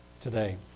today